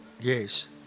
Yes